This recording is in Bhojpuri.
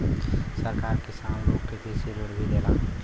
सरकार किसान लोगन के कृषि ऋण भी देला